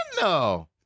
no